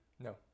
No